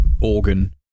organ